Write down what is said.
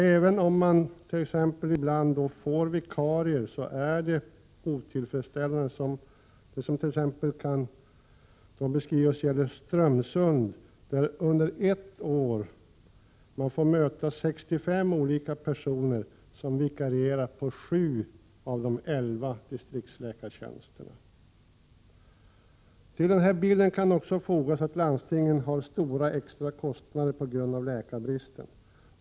Även om man ibland lyckas ordna med vikarier är det otillfredsställande att patienterna, t.ex. i Strömsund, under ett år får möta 65 olika personer som vikarierar på sju av de elva distriktsläkartjänsterna. Till denna bild kan också fogas att landstingen har stora extra kostnader på grund av läkarbristen.